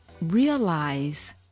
realize